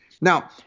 Now